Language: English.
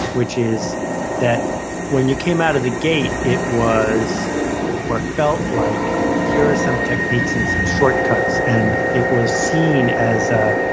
which is that when you came out of the gate, it was or felt like here are some techniques and some shortcuts. and it was seen as ah